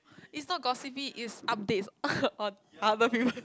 is not gossiping is update on other people